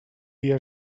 dia